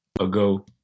ago